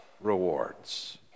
rewards